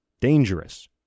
dangerous